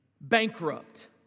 bankrupt